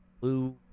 blue